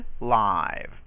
live